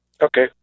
Okay